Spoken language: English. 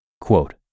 quote